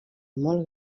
molt